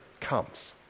comes